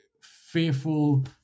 fearful